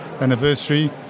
anniversary